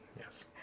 Yes